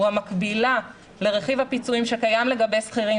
הוא המקבילה לרכיב הפיצויים שקיים לגבי שכירים.